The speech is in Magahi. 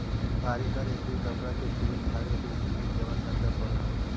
बारीक रेशमी कपड़ा के सुई धागे से सीए के आवश्यकता पड़त हई